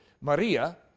Maria